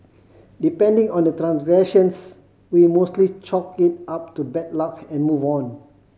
depending on the transgressions we mostly chalk it up to bad luck and move on